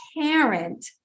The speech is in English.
parent